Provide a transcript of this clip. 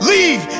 Leave